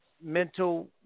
mental